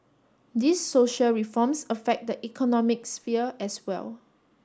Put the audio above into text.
these social reforms affect the economic sphere as well